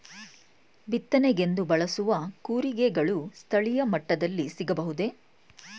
ಬಿತ್ತನೆಗೆಂದು ಬಳಸುವ ಕೂರಿಗೆಗಳು ಸ್ಥಳೀಯ ಮಟ್ಟದಲ್ಲಿ ಸಿಗಬಹುದೇ?